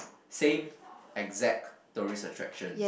same exact tourist attractions